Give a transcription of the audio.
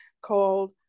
called